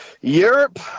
Europe